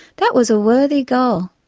that was a worthy goal,